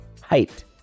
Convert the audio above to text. Height